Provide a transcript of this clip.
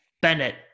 Bennett